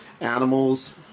animals